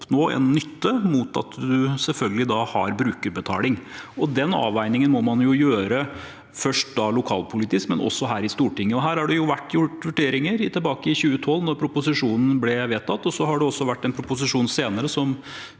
en nytte mot at en selvfølgelig har brukerbetaling. Den avveiningen må man gjøre, først lokalpolitisk og så her i Stortinget. Her er det vært gjort vurderinger tilbake i 2012, da proposisjonen ble vedtatt, og så har det også vært en proposisjon senere som